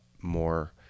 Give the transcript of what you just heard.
more